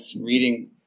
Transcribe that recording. reading